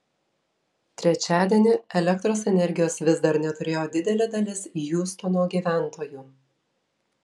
trečiadienį elektros energijos vis dar neturėjo didelė dalis hiūstono gyventojų